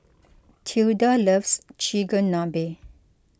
Tilda loves Chigenabe